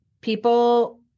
people